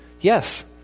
Yes